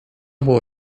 było